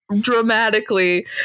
dramatically